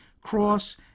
cross